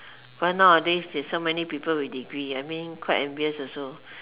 but nowadays there's so many people with degree I mean quite envious also